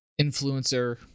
influencer